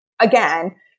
again